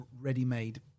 ready-made